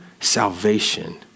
salvation